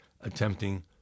attempting